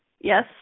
Yes